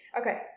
Okay